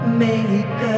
make